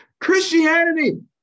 Christianity